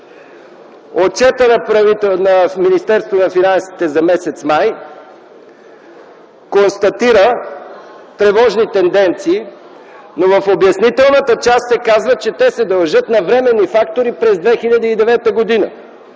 финансите за м. май констатира тревожни тенденции, но в обяснителната част се казва, че те се дължат на временни фактори през 2009 г.